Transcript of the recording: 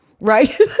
right